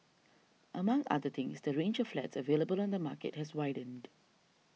among other things the range of flats available on the market has widened